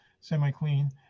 semi-clean